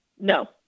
No